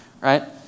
right